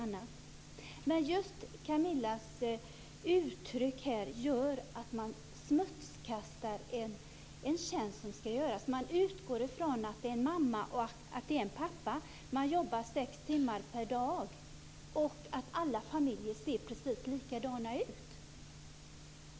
Camilla Sköld Janssons uttryck här smutskastar en tjänst som ska göras. Man utgår från att familjen består av en mamma och en pappa som jobbar sex timmar per dag och att alla familjer ser precis likadana ut.